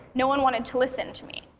no one wanted to listen to me,